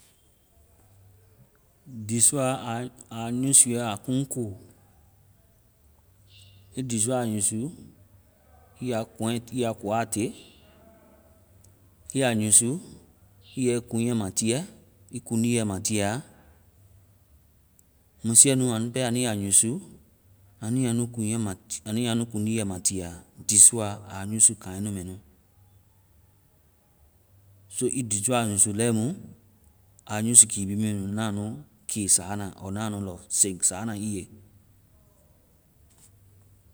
Diisua a yusuɛa a kuŋko. Ii disua usu i ya kuŋɛ- i ya koa te, i ya usu i yɛ i kuŋɛ ma tiiɛ, i kuŋdiiɛ ma tiiɛ a, musiiɛ nu aa nu pɛ anu ya usu. Anu ya nu kuŋɛ ma-anu ya nu kuŋdiiɛ ma tiiɛ a. Diisua aa usu kaŋ nu mɛ nu. So i diisua usu lɛimu, a yusu kiiɛ nu mɛ nu na nu ke saana ɔɔ na nu lɔseŋ saana i ye.